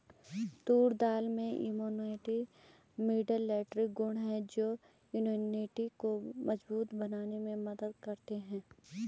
तूर दाल में immunomodulatory गुण हैं जो इम्यूनिटी को मजबूत बनाने में मदद करते है